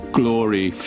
glory